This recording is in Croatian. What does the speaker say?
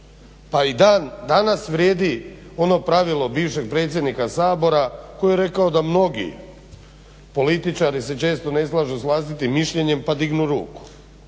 dan danas vrijedi ono pravilo bivšeg predsjednika Sabora koji je rekao da mnogi političari se često ne slažu s vlastitim mišljenjem pa dignu ruku.